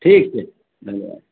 ठीक छै धन्यवाद